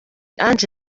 ange